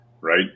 right